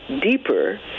deeper